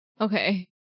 Okay